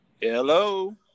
Hello